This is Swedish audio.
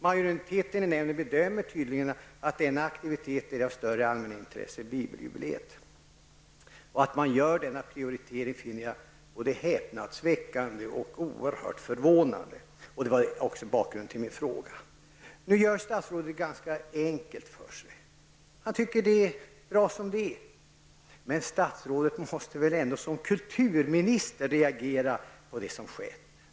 Majoriteten i nämnden bedömmer tydligen att denna aktivitet är av större allmänintresse än bibeljubileet. Att man gör denna prioritering finner jag både häpnadsväckande och oerhört förvånande. Det var också bakgrunden till min fråga. Statsrådet gör det nu ganska enkelt för sig. Han tycker att det är bra som det är. Statsrådet måste väl ändock som kulturminister reagera på det som har skett?